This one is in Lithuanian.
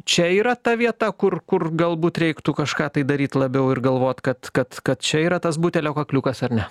čia yra ta vieta kur kur galbūt reiktų kažką tai daryt labiau ir galvot kad kad kad čia yra tas butelio kakliukas ar ne